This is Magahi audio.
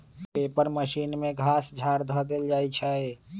पेपर मशीन में घास झाड़ ध देल जाइ छइ